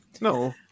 No